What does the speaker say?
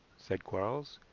said quarles.